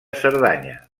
cerdanya